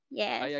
yes